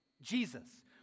Jesus